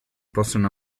possono